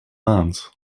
maand